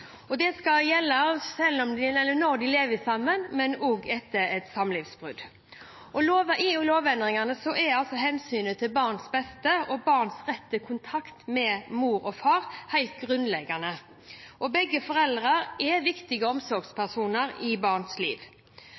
Det skal gjelde når de lever sammen, men også etter et samlivsbrudd. I lovendringene er hensynet til barnets beste og barnets rett til kontakt med både mor og far helt grunnleggende. Begge foreldrene er viktige omsorgspersoner i barns liv.